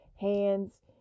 hands